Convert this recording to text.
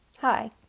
Hi